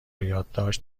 یادداشت